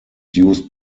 used